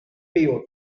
pívot